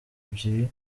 ebyiri